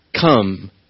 come